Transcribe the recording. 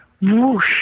whoosh